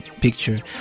picture